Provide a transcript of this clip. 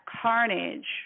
carnage